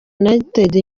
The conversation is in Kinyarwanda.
united